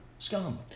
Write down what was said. Scum